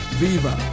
viva